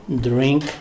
drink